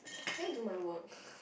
can I do my work